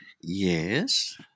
yes